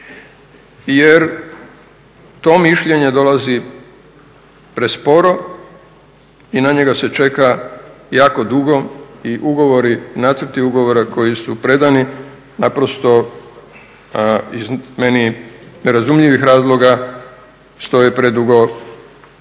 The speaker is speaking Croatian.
jer to mišljenje dolazi presporo i na njega se čeka jako dugo i ugovori, nacrti ugovora koji su predani naprosto iz meni nerazumljivih razloga stoje predugo